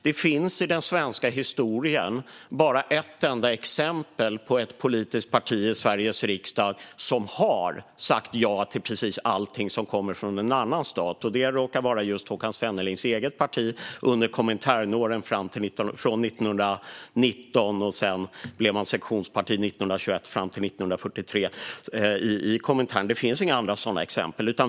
Det finns i den svenska historien bara ett enda exempel på ett politiskt parti i Sveriges riksdag som har sagt ja till precis allt som kommer från en annan stat, och det råkar vara Håkan Svennelings eget parti under Kominternåren, från 1919. Man var sektionsparti i Komintern från 1921 fram till 1943. Det finns inga andra sådana exempel.